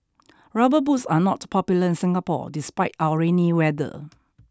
rubber boots are not popular in Singapore despite our rainy weather